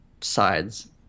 sides